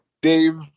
Dave